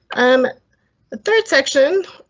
i'm third section